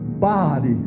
Body